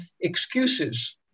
excuses